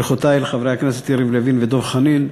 ברכותי לחברי הכנסת יריב לוין ודב חנין.